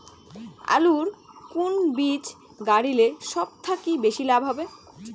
আলুর কুন বীজ গারিলে সব থাকি বেশি লাভ হবে?